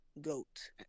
goat